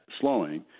slowing